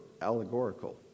allegorical